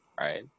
right